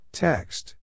Text